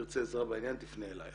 תרצה עזרה בעניין תפנה אליי.